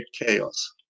chaos